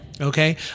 Okay